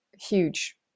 huge